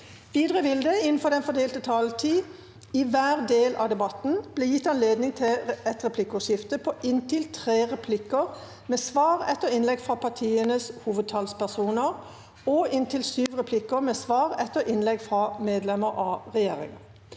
Videre vil det – innenfor den fordelte taletid – i hver del av debatten bli gitt anledning til et replikkordskifte på inntil tre replikker med svar etter innlegg fra partienes hovedtalsperson og inntil syv replikker med svar etter innlegg fra medlemmer av regjeringa.